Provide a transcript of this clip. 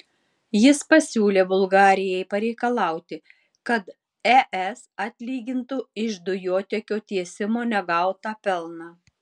jis pasiūlė bulgarijai pareikalauti kad es atlygintų iš dujotiekio tiesimo negautą pelną